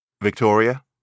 Victoria